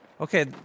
Okay